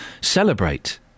celebrate